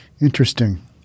Interesting